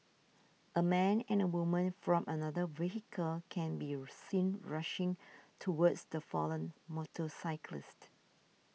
a man and a woman from another vehicle can be seen rushing towards the fallen motorcyclist